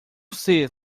você